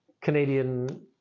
Canadian